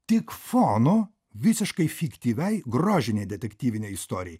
tik fonu visiškai fiktyviai grožinei detektyvinei istorijai